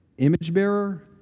image-bearer